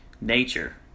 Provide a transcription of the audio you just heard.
nature